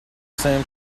same